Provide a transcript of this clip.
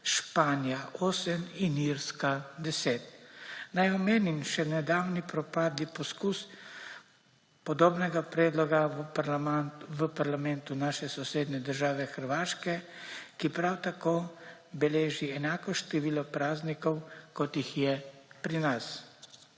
Španija 8 in Irska 10. Naj omenim še nedavni propadli poskus podobnega predloga v parlamentu naše sosednje države Hrvaške, ki prav tako beleži enako število praznikov, kot jih je pri nas.